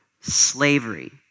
slavery